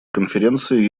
конференции